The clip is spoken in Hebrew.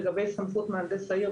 לגבי סמכות מהנדס העיר.